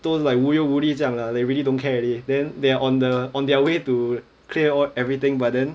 都 like 无忧无虑这样了 they really don't care already then they are on the on their way to clear all everything but then